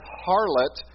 harlot